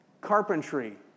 carpentry